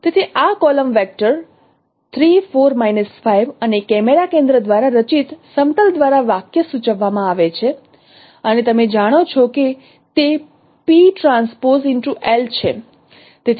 તેથી આ column vector અને કેમેરા કેન્દ્ર દ્વારા રચિત સમતલ દ્વારા વાક્ય સૂચવવામાં આવે છે અને તમે જાણો છો કે તે છે